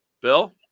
Bill